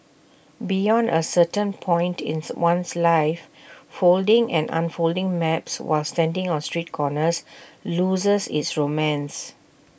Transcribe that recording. beyond A certain point ins one's life folding and unfolding maps while standing on street corners loses its romance